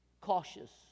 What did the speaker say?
cautious